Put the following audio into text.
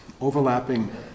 Overlapping